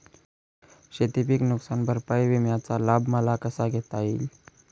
शेतीपीक नुकसान भरपाई विम्याचा लाभ मला कसा घेता येईल?